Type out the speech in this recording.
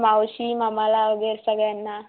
मावशी मामाला वगैरे सगळ्यांना